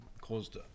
caused